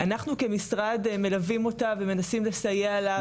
אנחנו כמשרד מלווים אותה ומנסים לסייע לה במיצוי זכויות.